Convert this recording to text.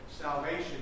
Salvation